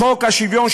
חוק השוויון,